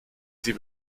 die